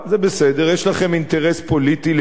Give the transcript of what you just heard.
יש לכם אינטרס פוליטי לגיטימי,